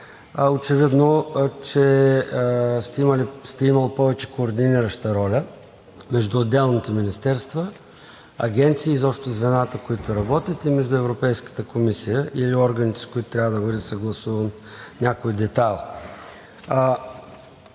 Очевидно, че сте имал повече координираща роля между отделните министерства, агенции, изобщо звената, които работят, и между Европейската комисия или органите, с които трябва да бъде съгласуван някой детайл.